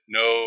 no